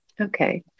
Okay